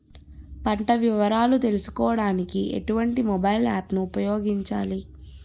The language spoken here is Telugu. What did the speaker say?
పంట వివరాలు తెలుసుకోడానికి ఎటువంటి మొబైల్ యాప్ ను ఉపయోగించాలి?